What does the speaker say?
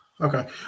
Okay